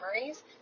memories